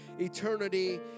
eternity